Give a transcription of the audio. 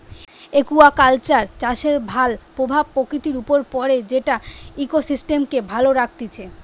aquaculture চাষের ভাল প্রভাব প্রকৃতির উপর পড়ে যেটা ইকোসিস্টেমকে ভালো রাখতিছে